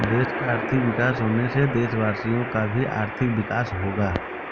देश का आर्थिक विकास होने से देशवासियों का भी आर्थिक विकास होगा